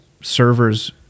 servers